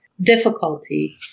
difficulty